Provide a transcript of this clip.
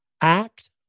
act